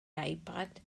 ipad